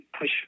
push